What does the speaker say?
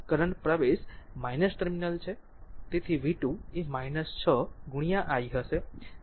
તેથી v 2 એ 6 I હશે